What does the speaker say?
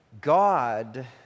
God